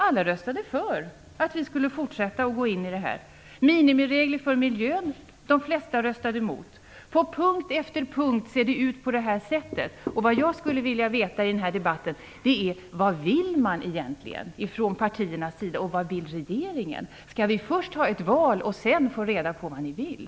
Alla röstade för att vi skall gå in i den. Minimiregler för miljön röstade de flesta emot. På punkt efter punkt ser det ut på det sättet. Vad jag skulle vilja veta i debatten är: Vad vill man egentligen från partiernas sida, och vad vill regeringen? Skall vi först ha ett val och sedan få reda vad ni vill?